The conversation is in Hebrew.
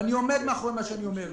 ואני עומד מאחורי מה שאני אומר.